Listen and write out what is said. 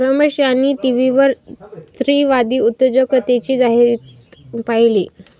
रमेश यांनी टीव्हीवर स्त्रीवादी उद्योजकतेची जाहिरात पाहिली